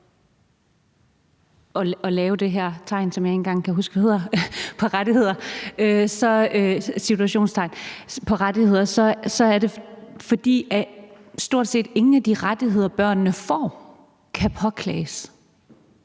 til at sætte citationstegn om rettigheder, er det, fordi stort set ingen af de rettigheder, børnene får, kan påklages.